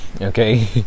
okay